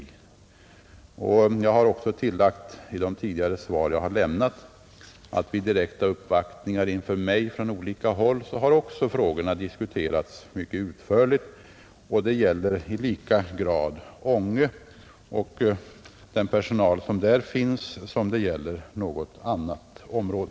Jag har också tillagt i de tidigare svar jag har lämnat att vid direkta uppvaktningar inför mig från olika håll har frågorna också diskuterats mycket utförligt, och det gäller i lika hög grad Ånge och den personal som där finns som det gäller något annat område.